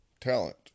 talent